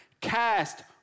cast